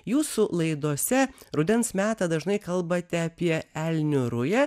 jūsų laidose rudens metą dažnai kalbate apie elnių rują